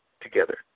together